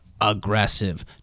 aggressive